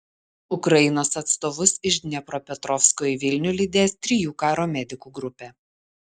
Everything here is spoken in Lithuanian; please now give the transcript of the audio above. ukrainos atstovus iš dniepropetrovsko į vilnių lydės trijų karo medikų grupė